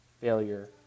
failure